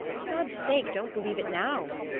for god's sake don't believe it now!